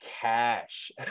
cash